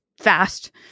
fast